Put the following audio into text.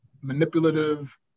manipulative